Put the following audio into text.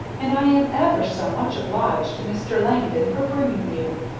and i am ever so much obliged to mr. langdon for bringing you.